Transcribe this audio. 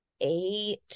eight